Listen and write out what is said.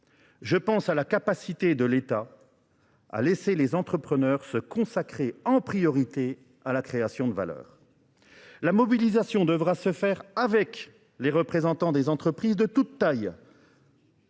Je pense à la capacité de l'État à laisser les entrepreneurs se consacrer en priorité à la création de valeur. La mobilisation devra se faire avec les représentants des entreprises de toute taille.